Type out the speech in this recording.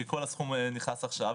כי כל הסכום נכנס עכשיו,